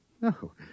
no